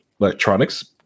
electronics